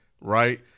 right